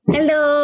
Hello